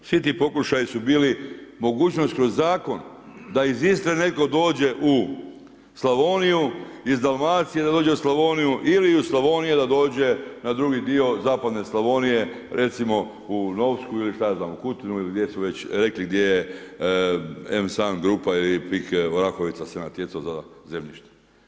Svi ti pokušaji su bili mogućnost kroz zakon da iz Istre netko dođe u Slavoniju, iz Dalmacije da dođe u Slavoniju ili iz Slavonije da dođe na drugi dio zapadne Slavonije recimo u Novsku ili šta ja znam u Kutinu ili gdje su već rekli gdje je M-SAN grupa ili PIK Orahovica se natjecao za zemljište.